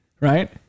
right